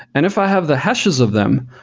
and if i have the hashes of them,